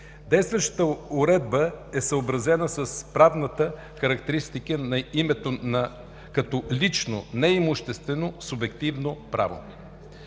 Действащата уредба е съобразена с правната характеристика на името като лично, неимуществено, субективно право.